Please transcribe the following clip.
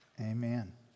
Amen